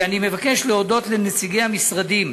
אני מבקש להודות לנציגי המשרדים,